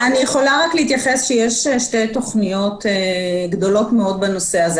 יש שתי תוכניות גדולות מאוד בנושא הזה.